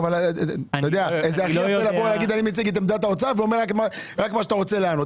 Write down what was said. אבל אתה אומר את זה ואומר רק מה שאתה רוצה לענות.